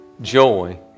joy